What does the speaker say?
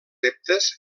reptes